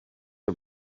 her